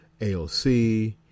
AOC